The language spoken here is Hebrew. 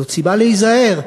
זאת סיבה להיזהר.